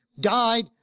died